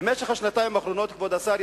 כבוד השר,